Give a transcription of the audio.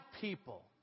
people